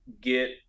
get